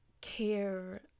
care